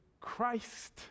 Christ